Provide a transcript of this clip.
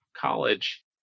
college